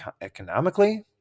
economically